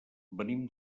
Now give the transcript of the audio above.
venim